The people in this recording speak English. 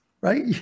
right